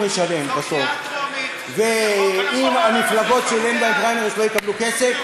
ישלם בסוף ואם המפלגות שאין בהן פריימריז לא יקבלו כסף,